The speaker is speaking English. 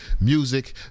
music